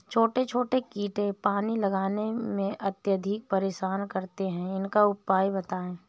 छोटे छोटे कीड़े पानी लगाने में अत्याधिक परेशान करते हैं इनका उपाय बताएं?